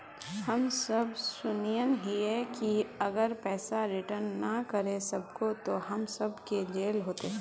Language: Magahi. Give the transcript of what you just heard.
हम सब सुनैय हिये की अगर पैसा रिटर्न ना करे सकबे तो हम सब के जेल होते?